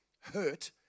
hurt